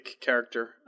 character